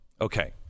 Okay